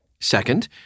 Second